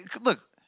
look